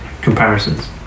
comparisons